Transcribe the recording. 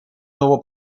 nuevo